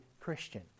Christian